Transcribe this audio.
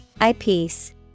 Eyepiece